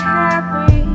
happy